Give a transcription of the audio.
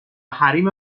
حریم